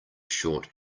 short